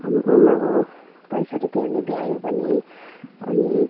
अब पैसा रुपियाँहरूले भ्यायो भने अनि